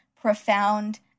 profound